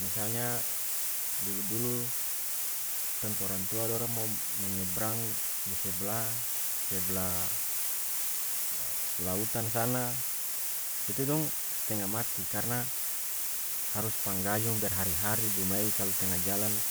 Misalnya dulu-dulu tong pe orang tua dorang mau m- menyebrang di seblah- seblah lautan sana itu dong stenga mati karena harus panggayung berhari-hari blum lagi kalu tenga jalan